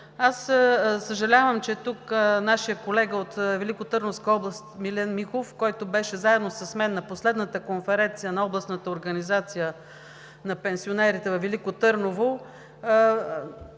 Аз съжалявам, че тук нашият колега от Великотърновска област – Милен Михов, който беше заедно с мен на последната конференция на Областната организация на пенсионерите във Велико Търново,